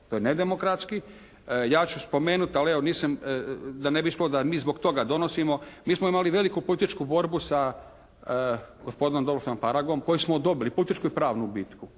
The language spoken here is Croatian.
To je nedemokratski. Ja ću spomenut ali evo, mislim da ne bi ispalo da mi zbog toga donosimo, mi smo imali veliku političku borbu sa gospodinom … /Govornik se ne razumije./… Paragom koju smo dobili. Političku i pravnu bitku.